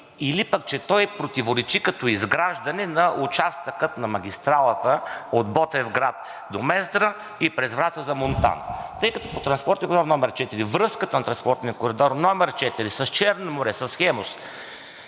или пък, че той противоречи като изграждане на участъка на магистралата от Ботевград до Мездра и през Враца за Монтана, тъй като по Транспортен коридор № 4, връзката на Транспортния коридор № 4 с „Черно море“, с „Хемус“